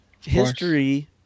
history